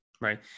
right